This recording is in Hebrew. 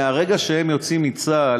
מהרגע שהם יוצאים מצה"ל,